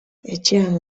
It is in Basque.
etxean